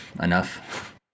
enough